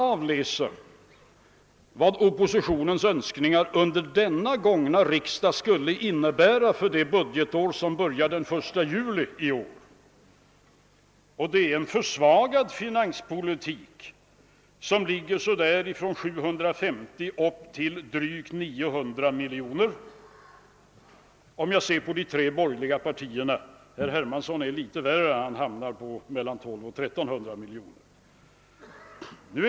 Av denna uppställning framgår vad oppositionens önskningar under den gångna riksdagen skulle innebära för det budgetår som börjar den 1 juli i år. De innebär att finanspolitiken skulle försvagas med mel lan 700 och 900 miljoner kronor. Detta gäller de tre borgerliga partiernas önskningar — herr Hermansson är litet värre; han hamnar vid mellan 1200 och 1300 miljoner kronor.